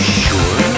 sure